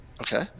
Okay